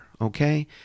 Okay